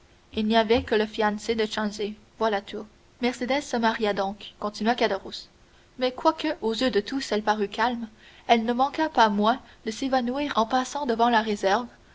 il n'y avait que le fiancé de changé voilà tout mercédès se maria donc continua caderousse mais quoique aux yeux de tous elle parût calme elle ne manqua pas moins de s'évanouir en passant devant la réserve